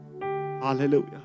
Hallelujah